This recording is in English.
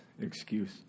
excuse